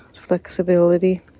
flexibility